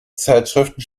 zeitschriften